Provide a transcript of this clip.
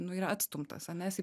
nu yra atstumtas o mes jį